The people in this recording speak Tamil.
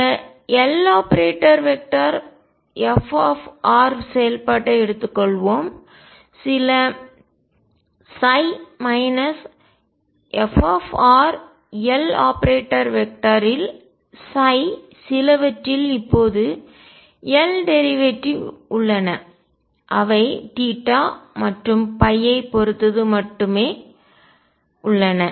இந்த Loperatorfr செயல்பாட்டை எடுத்துக்கொள்வோம் சில மைனஸ் fLoperator ல் சிலவற்றில் இப்போது L டேரிவேட்டிவ் உள்ளன அவை θ மற்றும் ஐப் பொறுத்து மட்டுமே உள்ளன